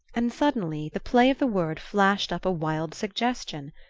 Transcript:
and suddenly the play of the word flashed up a wild suggestion.